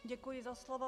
Děkuji za slovo.